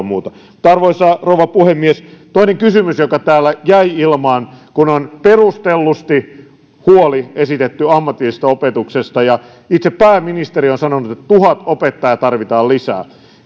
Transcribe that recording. muuta arvoisa rouva puhemies toinen kysymys tämä jäi täällä ilmaan on perustellusti esitetty huoli ammatillisesta opetuksesta ja itse pääministeri on sanonut että tuhat opettajaa tarvitaan lisää